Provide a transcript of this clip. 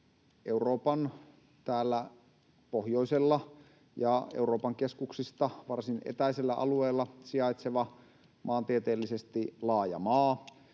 Euroopan pohjoisella ja Euroopan keskuksista varsin etäisellä alueella sijaitseva maantieteellisesti laaja maa,